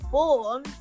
born